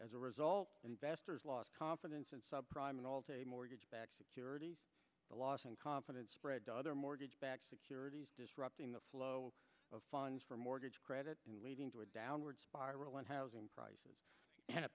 as a result investors lost confidence in subprime and all day mortgage backed securities the loss in confidence spread to other mortgage backed securities disrupting the flow of funds for mortgage credit and leading to a downward spiral in housing prices pan